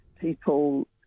people